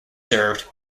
served